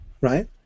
Right